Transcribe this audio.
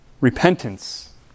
Repentance